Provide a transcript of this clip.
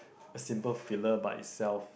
a simple filler by itself